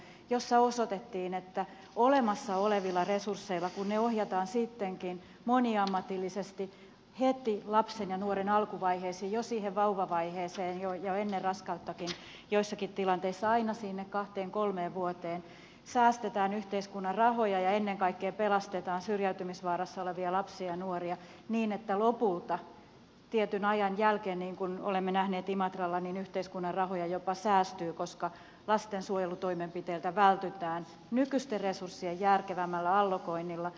tarkastuksessa osoitettiin että kun olemassa olevat resurssit ohjataan sittenkin moniammatillisesti heti lapsen ja nuoren alkuvaiheisiin jo siihen vauvavai heeseen jo ennen raskauttakin ja joissakin tilanteissa aina sinne kahteen kolmeen vuoteen säästetään yhteiskunnan rahoja ja ennen kaikkea pelastetaan syrjäytymisvaarassa olevia lapsia ja nuoria niin että lopulta tietyn ajan jälkeen niin kuin olemme nähneet imatralla yhteiskunnan rahoja jopa säästyy koska lastensuojelutoimenpiteiltä vältytään nykyisten resurssien järkevämmällä allokoinnilla